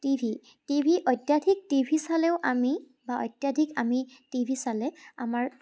T V TV অত্যাধিক TV চালেও আমি বা অত্যাধিক আমি টি ভি চালে আমাৰ